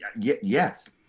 Yes